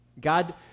God